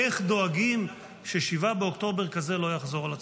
איך דואגים ש-7 באוקטובר כזה לא יחזור על עצמו?